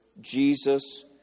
Jesus